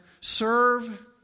serve